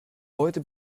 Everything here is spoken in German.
heute